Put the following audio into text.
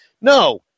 No